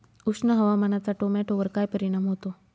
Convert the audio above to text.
उष्ण हवामानाचा टोमॅटोवर काय परिणाम होतो?